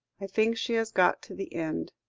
i think she has got to the end.